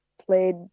played